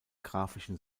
graphischen